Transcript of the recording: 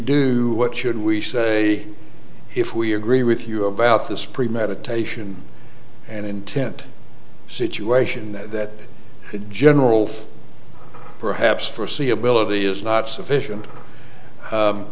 do what should we say if we agree with you about this premeditation and intent situation that general perhaps for see ability is not sufficient